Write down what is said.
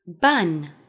bun